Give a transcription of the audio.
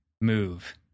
move